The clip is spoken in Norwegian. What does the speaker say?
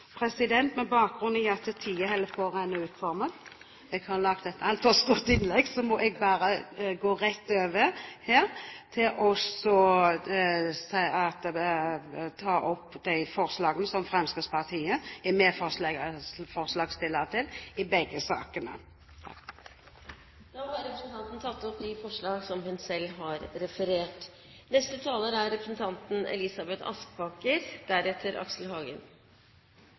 Med bakgrunn i at tiden holder på å renne ut for meg, jeg har lagt opp til et altfor stort innlegg, må jeg bare gå rett over til å si at jeg tar opp de forslagene som Fremskrittspartiet er medforslagsstiller til i begge sakene. Representanten Bente Thorsen har tatt opp de forslagene som hun